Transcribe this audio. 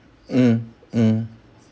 mm mm